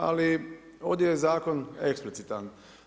Ali ovdje je zakon eksplicitan.